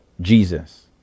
Jesus